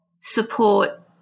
support